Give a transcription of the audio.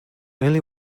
only